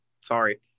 sorry